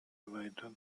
erweitert